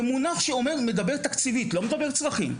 זה מונח שמדבר תקציבית לא מדבר צרכים.